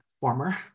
former